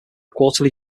quarterly